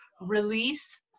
Release